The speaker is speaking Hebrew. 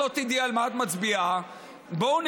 מעולה, זה מה שעושים בוועדות.